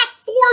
four